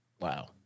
wow